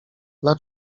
dla